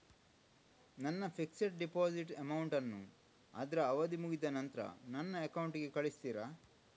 ನನ್ನ fixed deposit amount ಅನ್ನು ಅದ್ರ ಅವಧಿ ಮುಗ್ದ ನಂತ್ರ ನನ್ನ ಅಕೌಂಟ್ ಗೆ ಕಳಿಸ್ತೀರಾ?